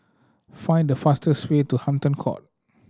find the fastest way to Hampton Court